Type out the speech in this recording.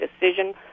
decision